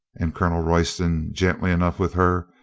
and colonel royston, gentle enough with her,